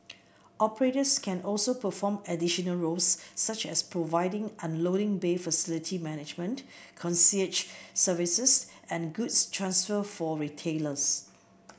operators can also perform additional roles such as providing unloading bay facility management concierge services and goods transfer for retailers